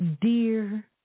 dear